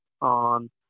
on